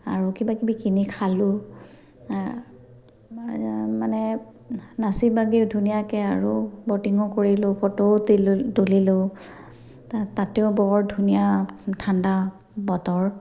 আৰু কিবা কিবি কিনি খালোঁ মানে নাচি বাগিও ধুনীয়াকে আৰু ব'টিঙো কৰিলোঁ ফটোও তুলিলোঁ তাতেও বৰ ধুনীয়া ঠাণ্ডা বতৰ